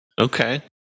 Okay